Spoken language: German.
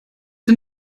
den